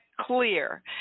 clear